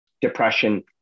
depression